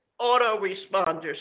autoresponders